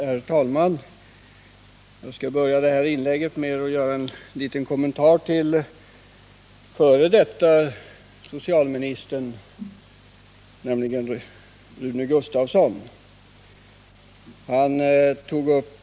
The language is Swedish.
Herr talman! Jag skall börja detta inlägg med att göra en liten kommentar till f. d. socialministern Rune Gustavssons anförande.